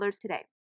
today